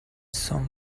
some